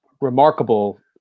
remarkable